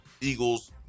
Eagles